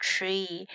Tree